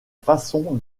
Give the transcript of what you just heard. façon